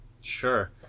Sure